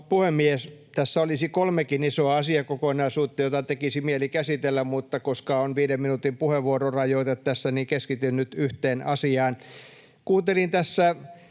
Tässä olisi kolmekin isoa asiakokonaisuutta, joita tekisi mieli käsitellä. Mutta, koska on viiden minuutin puheenvuororajoite tässä, niin keskityin nyt yhteen asiaan. Kuuntelin tässä